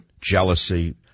jealousy